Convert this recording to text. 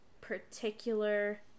particular